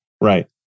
Right